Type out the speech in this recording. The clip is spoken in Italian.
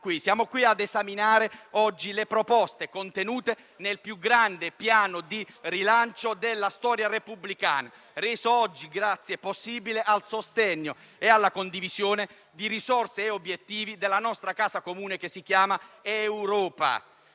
Siamo qui ad esaminare le proposte contenute nel più grande Piano di rilancio della storia repubblicana, reso possibile grazie al sostegno e alla condivisione di risorse e obiettivi della nostra casa comune, che si chiama Europa.